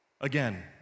again